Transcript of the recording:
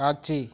காட்சி